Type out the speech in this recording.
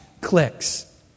clicks